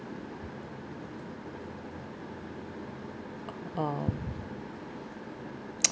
uh